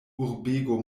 urbego